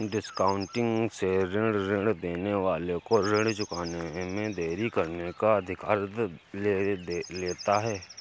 discounting से ऋणी ऋण देने वाले को ऋण चुकाने में देरी करने का अधिकार ले लेता है